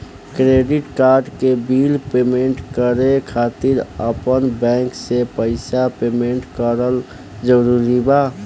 Credit card के bill payment करे खातिर आपन बैंक से पईसा पेमेंट करल जरूरी बा?